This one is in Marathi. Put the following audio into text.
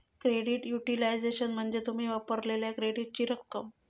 क्रेडिट युटिलायझेशन म्हणजे तुम्ही वापरलेल्यो क्रेडिटची रक्कम